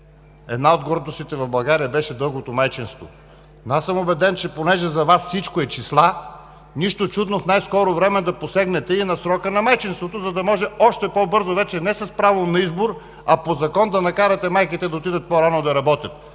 една от гордостите в България беше дългото майчинство. Но аз съм убеден, че понеже за Вас всичко е числа, нищо чудно в най-скоро време да посегнете и на срока на майчинството, за да може още по-бързо – вече не с право на избор, а по закон да накарате майките да отидат по-рано да работят.